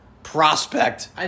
Prospect